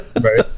Right